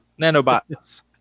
Nanobots